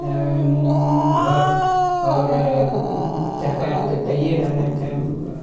घर आओर सरकार तऽ दइए रहलथि हँ